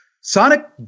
Sonic